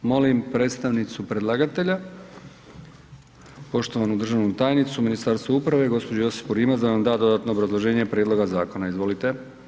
Molim predstavnicu predlagatelja poštovanu državnu tajnicu u Ministarstvu uprave gđu. Josipu Rimac da nam da dodatno obrazloženje prijedloga zakona, izvolite.